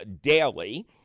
Daily